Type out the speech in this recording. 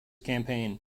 campaign